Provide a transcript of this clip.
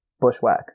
bushwhack